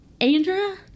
Andra